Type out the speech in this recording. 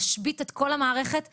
להשבית את כל המערכת ולהגיד: